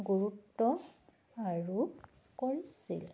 গুৰুত্ব আৰূপ কৰিছিল